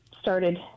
started